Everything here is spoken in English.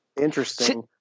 Interesting